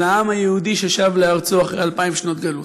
של העם היהודי ששב לארצו אחרי אלפיים שנות גלות.